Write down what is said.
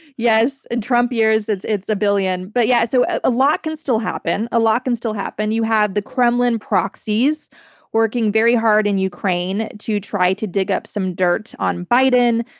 yes, in trump years, it's it's a billion, but yeah. so a lot can still happen. a lot can still happen. you have the kremlin proxies working very hard in ukraine to try to dig up some dirt on biden.